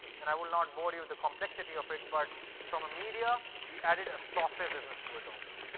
and i will not bore you with the complexity of it. but from a media, we added a software business to it also,